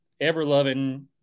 ever-loving